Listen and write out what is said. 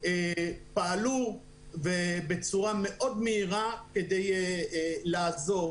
פעלו בצורה מאוד מהירה כדי לעזור.